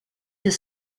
des